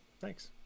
thanks